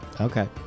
Okay